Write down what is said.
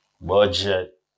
Budget